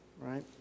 Right